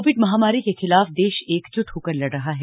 Covid महामारी के खिलाफ देश एकजुट होकर लड़ रहा है